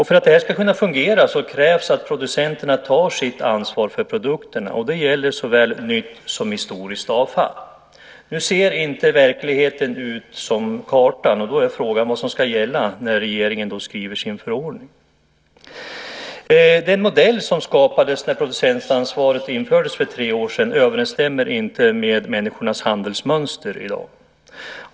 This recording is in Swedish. För att det ska kunna fungera krävs att producenterna tar sitt ansvar för produkterna. Det gäller såväl nytt som historiskt avfall. Nu ser inte verkligheten ut som kartan, och då är frågan vad som ska gälla när regeringen skriver sin förordning. Den modell som skapades när producentansvaret infördes för tre år sedan överensstämmer inte med människornas handelsmönster i dag.